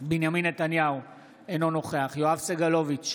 בנימין נתניהו, אינו נוכח יואב סגלוביץ'